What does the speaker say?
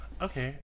Okay